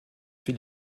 viel